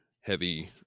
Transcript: heavy